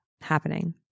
happening